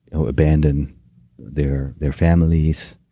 ah abandon their their families